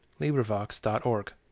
LibriVox.org